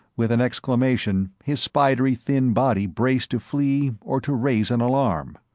with an exclamation, his spidery thin body braced to flee or to raise an alarm.